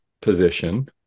position